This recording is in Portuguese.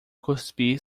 cuspir